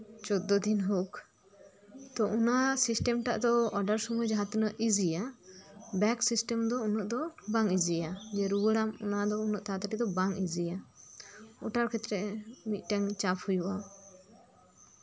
ᱪᱳᱫᱫᱳ ᱫᱤᱱ ᱦᱳᱠ ᱛᱚ ᱚᱱᱟ ᱥᱤᱥᱴᱮᱢ ᱴᱟᱜ ᱫᱚ ᱚᱰᱟᱨ ᱥᱚᱢᱚᱭ ᱡᱟᱦᱸ ᱛᱤᱱᱟᱹᱜ ᱤᱡᱤᱭᱟ ᱵᱮᱠ ᱥᱤᱥᱴᱮᱢ ᱫᱚ ᱩᱱᱟᱹᱜ ᱫᱚ ᱵᱟᱝ ᱤᱡᱤᱭᱟ ᱡᱮ ᱨᱩᱣᱟᱹᱲᱟᱢ ᱚᱱᱟ ᱫᱚ ᱩᱱᱟᱹᱜ ᱛᱟᱲᱟᱛᱟᱲᱤ ᱫᱚ ᱵᱟᱝ ᱤᱡᱤᱭᱟ ᱳᱴᱟᱨ ᱠᱷᱮᱛᱨᱮᱣ ᱢᱤᱫᱴᱮᱱ ᱪᱟᱯ ᱦᱩᱭᱩᱜᱼᱟ